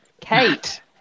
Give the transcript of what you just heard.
Kate